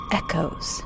echoes